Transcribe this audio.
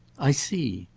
i see.